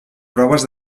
proves